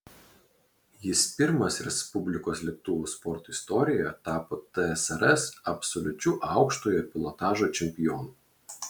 jis pirmas respublikos lėktuvų sporto istorijoje tapo tsrs absoliučiu aukštojo pilotažo čempionu